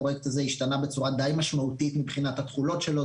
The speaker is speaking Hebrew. הפרויקט הזה השתנה בצורה די משמעותית מבחינת התכולות שלו,